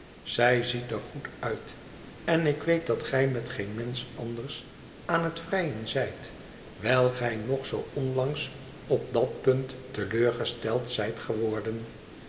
zij ziet er goed uit en ik weet dat gij met geen mensch anders aan het vrijen zijt wijl gij nog zoo onlangs op dat punt te leur gesteld zijt geworden